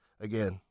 again